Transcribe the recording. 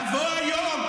לבוא היום,